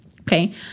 Okay